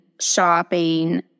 shopping